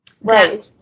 Right